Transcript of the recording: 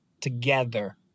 together